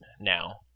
now